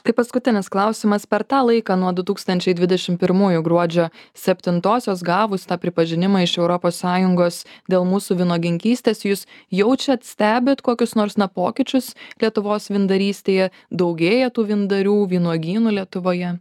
tai paskutinis klausimas per tą laiką nuo du tūkstančiai dvidešim pirmųjų gruodžio septintosios gavus tą pripažinimą iš europos sąjungos dėl mūsų vynuoginkystės jūs jaučiat stebit kokius nors na pokyčius lietuvos vyndarystėje daugėja tų vyndarių vynuogynų lietuvoje